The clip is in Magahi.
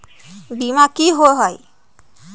बीमा की होअ हई?